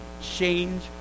change